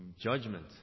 judgment